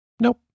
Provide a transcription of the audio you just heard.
nope